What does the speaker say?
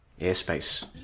airspace